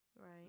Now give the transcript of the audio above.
Right